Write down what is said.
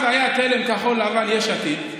אז היה תל"ם-כחול לבן-יש עתיד,